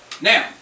Now